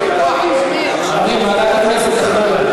חברים, ועדת הכנסת תכריע.